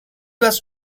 was